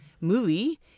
movie